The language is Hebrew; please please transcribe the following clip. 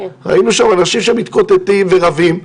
ראינו שם אנשים שמתקוטטים ורבים,